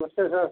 नमस्ते सर